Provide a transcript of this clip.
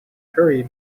curry